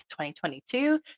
2022